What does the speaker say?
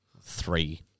Three